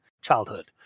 childhood